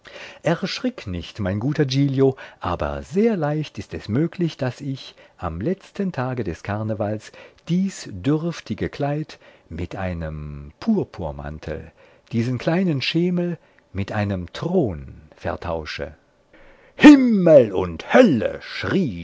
erschrick nicht mein guter giglio aber sehr leicht ist es möglich daß ich am letzten tage des karnevals dies dürftige kleid mit einem purpurmantel diesen kleinen schemel mit einem thron vertausche himmel und hölle schrie